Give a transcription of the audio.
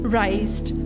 raised